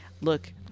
look